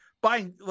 buying